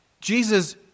Jesus